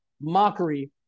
mockery